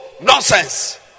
nonsense